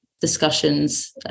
discussions